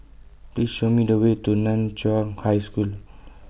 Please Show Me The Way to NAN Chiau High School